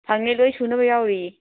ꯐꯪꯉꯦ ꯂꯣꯏ ꯁꯨꯅꯕ ꯌꯥꯎꯔꯤꯌꯦ